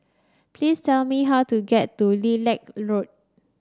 please tell me how to get to Lilac Road